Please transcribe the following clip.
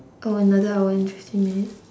oh another hour and fifteen minute